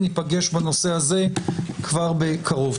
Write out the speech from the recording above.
ניפגש בנושא הזה כבר בקרוב.